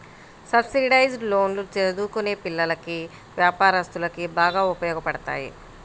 subsidised లోన్లు చదువుకునే పిల్లలకి, వ్యాపారస్తులకు బాగా ఉపయోగపడతాయి